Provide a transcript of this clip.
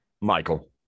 michael